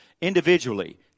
individually